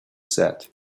said